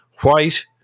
White